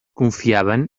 confiaven